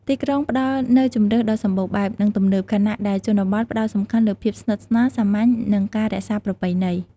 ទីក្រុងផ្ដល់នូវជម្រើសដ៏សម្បូរបែប និងទំនើប ខណៈដែលជនបទផ្ដោតសំខាន់លើភាពស្និទ្ធស្នាល សាមញ្ញ និងការរក្សាប្រពៃណី ។